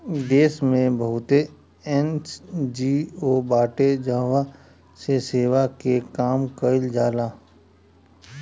देस में बहुते एन.जी.ओ बाटे जहवा पे सेवा के काम कईल जाला